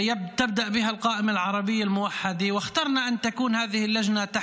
אני הוספתי משפט בערבית, אמרתי שלמעשה זה נחשב